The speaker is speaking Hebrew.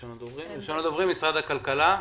ראשון הדוברים, משרד הכלכלה.